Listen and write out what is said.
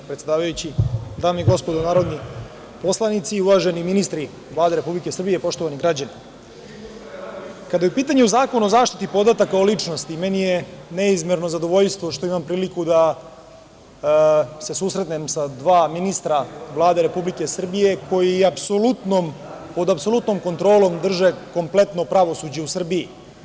Dame i gospodo narodni poslanici, uvaženi ministri Vlade Republike Srbije, poštovani građani, kada je u pitanju Zakon o zaštiti podataka o ličnosti, meni je neizmerno zadovoljstvo što imam priliku da se susretnem sa dva ministra Vlade Republike Srbije koji pod apsolutnom kontrolom drže kompletno pravosuđe u Srbiji.